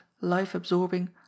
life-absorbing